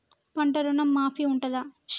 పంట ఋణం మాఫీ ఉంటదా?